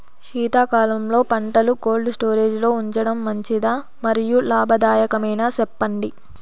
శీతాకాలంలో పంటలు cold storage లో ఉంచడం మంచిదా? మరియు లాభదాయకమేనా, సెప్పండి